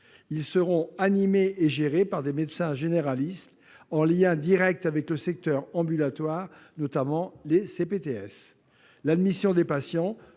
Elles seront animées et gérées par des médecins généralistes en lien direct avec le secteur ambulatoire, notamment les CPTS. L'admission des patients